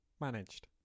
managed